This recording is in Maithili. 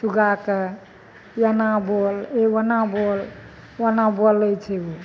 सुग्गाके एना बोल ओ ओना बोल ओना बोलय छै ओ